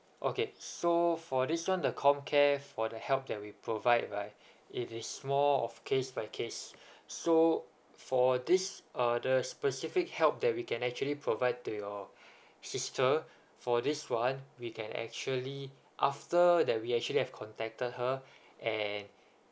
okay so for this one the comcare for the help that we provide right it is more of case by case so for this uh the specific help that we can actually provide to your sister for this one we can actually after that we actually have contacted her and